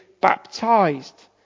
baptized